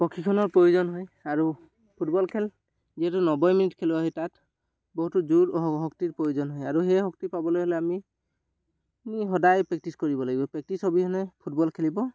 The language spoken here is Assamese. প্ৰশিক্ষণৰ প্ৰয়োজন হয় আৰু ফুটবল খেল যিহেতু নব্বৈ মিনিট খেলুৱৈ আহে তাত বহুতো জোৰ শক্তিৰ প্ৰয়োজন হয় আৰু সেই শক্তি পাবলৈ হ'লে আমি আমি সদায় প্ৰেক্টিছ কৰিব লাগিব প্ৰেক্টিছ অবিহনে ফুটবল খেলিব